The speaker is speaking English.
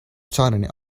tightening